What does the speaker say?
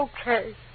okay